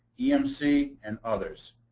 emc, and others.